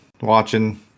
watching